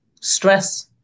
stress